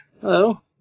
Hello